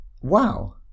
Wow